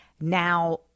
now